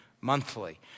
monthly